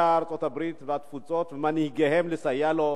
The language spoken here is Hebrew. ארצות-הברית והתפוצות וממנהיגיהם לסייע לו